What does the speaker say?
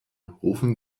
rufen